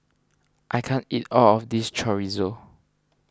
I can't eat all of this Chorizo